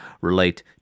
relate